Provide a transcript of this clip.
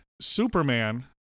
Superman